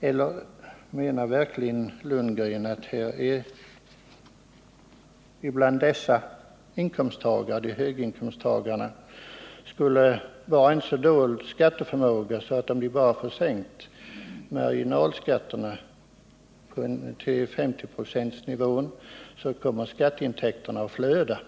Eller menar Bo Lundgren att de höga inkomsttagarnas skatteförmåga skulle vara så dold att de, bara de fick en sänkt marginalskatt ned till 50 96, skulle bidra till att skatteintäkterna flödade in?